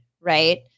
right